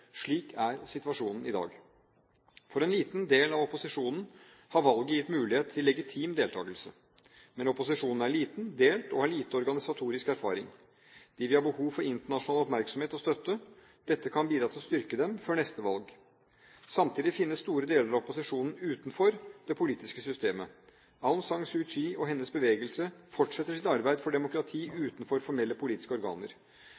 Slik er situasjonen i dag. For en liten del av opposisjonen har valget gitt mulighet til legitim deltakelse. Men: Opposisjonen er liten, delt og har lite organisatorisk erfaring. De vil ha behov for internasjonal oppmerksomhet og støtte. Dette kan bidra til å styrke dem før neste valg. Samtidig finnes store deler av opposisjonen utenfor det politiske systemet. Aung San Suu Kyi og hennes bevegelse fortsetter sitt arbeid for demokrati utenfor formelle politiske organer.